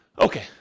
okay